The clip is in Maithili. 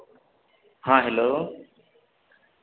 हँ हेलो